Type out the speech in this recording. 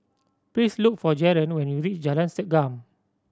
please look for Jaron when you reach Jalan Segam